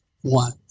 one